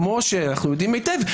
כמו שאנו יודעים היטב,